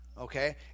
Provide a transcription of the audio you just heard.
okay